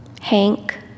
Hank